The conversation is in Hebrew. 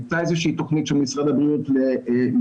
הייתה איזו שהיא תכנית של משרד הבריאות בזמנו,